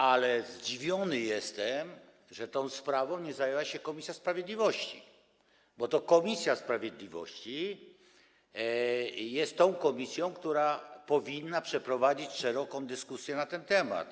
A zdziwiony jestem, że tą sprawą nie zajęła się komisja sprawiedliwości, bo to komisja sprawiedliwości jest tą komisją, która powinna przeprowadzić szeroką dyskusję na ten temat.